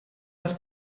das